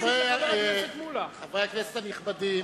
חברי הכנסת הנכבדים,